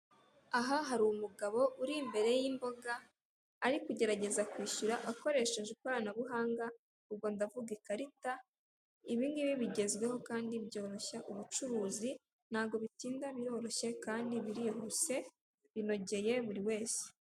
Aha hari umugabo uri imbere y'imboga ari kugerageza kwishyura akaoresheje ikoranabuhanga ubwo ndavuga ikarita, ibi ngibi bigezweho kandi byoroshya ubucuruzi ntago bitinda biroroshye kandi birihuse binogeye buri wese.